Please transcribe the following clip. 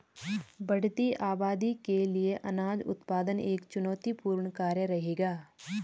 बढ़ती आबादी के लिए अनाज उत्पादन एक चुनौतीपूर्ण कार्य रहेगा